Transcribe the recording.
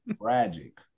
Tragic